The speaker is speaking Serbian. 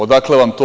Odakle vam to?